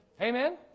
Amen